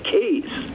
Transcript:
case